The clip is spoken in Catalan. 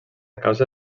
causa